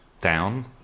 down